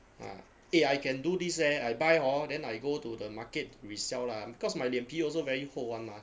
ah eh I can do this eh I buy hor then I go to the market resell lah because my 脸皮 also very 厚 [one] mah